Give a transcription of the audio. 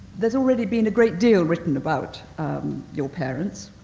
there's already been a great deal written about your parents,